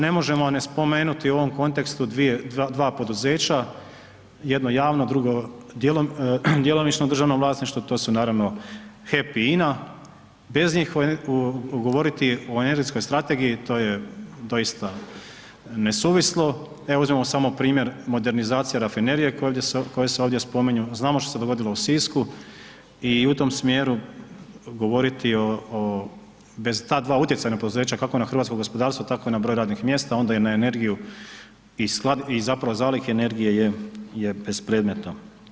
Ne možemo ne spomenuti u ovom kontekstu dvije, dva poduzeća, jedno javno drugo djelomično u državnom vlasništvu, to su naravno HEP i INA, bez njih govoriti o energetskoj strategiji to je doista nesuvislo, evo uzmimo samo primjer modernizacije rafinerije koja se ovdje spominju, znamo što se dogodilo u Sisku i u tom smjeru govoriti o, o, bez ta dva utjecaja na poduzeća, kako na hrvatsko gospodarstvo, tako i na broj radnih mjesta, onda i na energiju i zapravo zalihe energije je, je bespredmetno.